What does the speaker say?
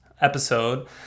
episode